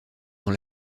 dans